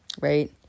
right